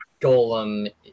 golem